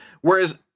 whereas